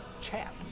chat